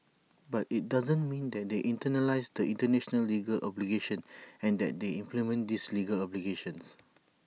but IT doesn't mean that they internalise the International legal obligations and that they implement these legal obligations